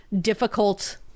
difficult